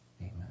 Amen